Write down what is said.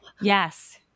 Yes